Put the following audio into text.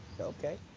Okay